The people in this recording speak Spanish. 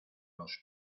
los